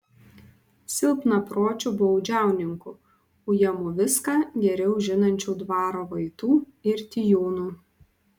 silpnapročiu baudžiauninku ujamu viską geriau žinančių dvaro vaitų ir tijūnų